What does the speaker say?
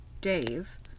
Dave